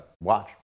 watch